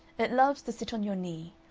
it loves to sit on your knee.